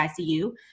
ICU